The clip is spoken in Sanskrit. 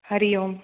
हरि ओम्